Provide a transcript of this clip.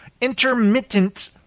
intermittent